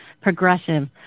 progressive